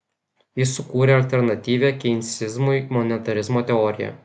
jis sukūrė alternatyvią keinsizmui monetarizmo teoriją